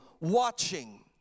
watching